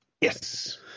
Yes